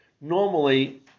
Normally